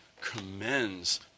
commends